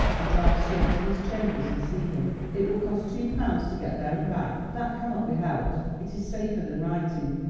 and drive straight to his chambers and see him. it will cost two pounds to get there and back, but that cannot be helped it is safer than writing,